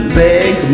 big